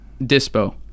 Dispo